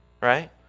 right